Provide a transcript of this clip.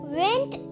went